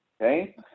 Okay